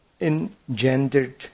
engendered